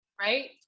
right